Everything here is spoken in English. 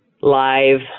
live